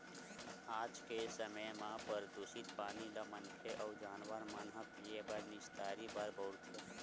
आज के समे म परदूसित पानी ल मनखे अउ जानवर मन ह पीए बर, निस्तारी बर बउरथे